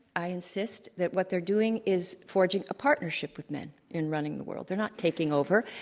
i insist that what they're doing is forging a partnership with men in running the world. they're not taking over.